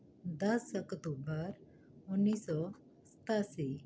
ਦਸ ਅਕਤੂਬਰ ਉੱਨੀ ਸੌ ਸਤਾਸੀ